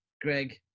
greg